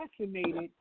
assassinated